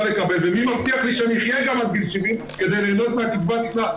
לקבל ומי מבטיח לי שאני אחיה עד גיל 70 כדי ליהנות מקצבת הזקנה?